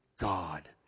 God